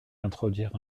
introduire